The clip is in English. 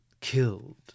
Killed